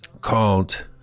called